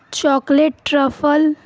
chocolate truffle